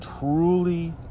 truly